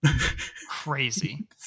Crazy